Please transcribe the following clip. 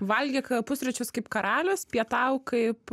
valgyk pusryčius kaip karalius pietauk kaip